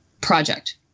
project